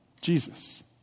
Jesus